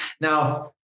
Now